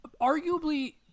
arguably